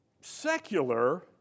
secular